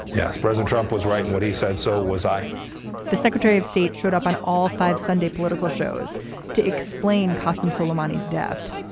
yes. president trump was right in what he said. so was i the secretary of state showed up on all five sunday political shows to explain custom suleimani's death,